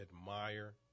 admire